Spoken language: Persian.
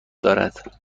دارد